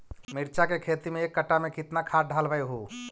मिरचा के खेती मे एक कटा मे कितना खाद ढालबय हू?